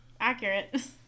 accurate